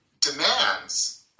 demands